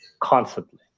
constantly